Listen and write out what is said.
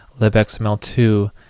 libxml2